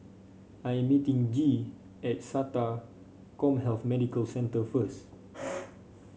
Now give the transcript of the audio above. I'm meeting Gee at SATA CommHealth Medical Centre first